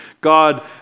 God